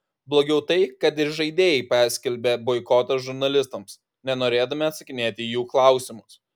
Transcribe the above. blogiau tai kad ir žaidėjai paskelbė boikotą žurnalistams nenorėdami atsakinėti į jų klausimus